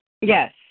Yes